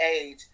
age